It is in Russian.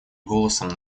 голосом